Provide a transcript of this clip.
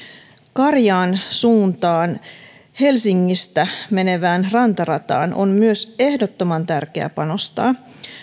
karjaan suuntaan menevään rantarataan on myös ehdottoman tärkeää panostaa